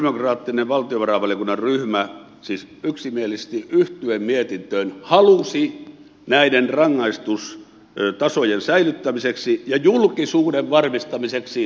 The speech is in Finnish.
sosialidemokraattinen valtiovarainvaliokunnan ryhmä siis yksimielisesti yhtyen mietintöön halusi näiden rangaistustasojen säilyttämiseksi ja julkisuuden varmistamiseksi tämän kannanoton